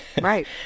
Right